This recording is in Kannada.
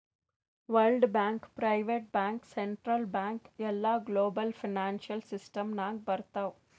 world bank, private bank, central bank ಎಲ್ಲಾ ಗ್ಲೋಬಲ್ ಫೈನಾನ್ಸಿಯಲ್ ಸಿಸ್ಟಮ್ ನಾಗ್ ಬರ್ತಾವ್